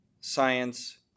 science